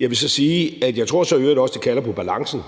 Jeg vil så sige, at jeg så i øvrigt også tror, det kalder på balancen,